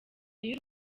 y’u